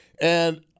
and-